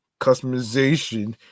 customization